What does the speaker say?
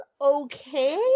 okay